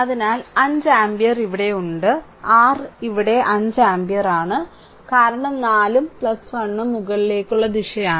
അതിനാൽ 5 ആമ്പിയർ ഇവിടെയുണ്ട് r ഇവിടെ 5 ആമ്പിയർ ആണ് കാരണം 4 ഉം 1 ഉം മുകളിലേക്കുള്ള ദിശയാണ്